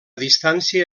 distància